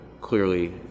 clearly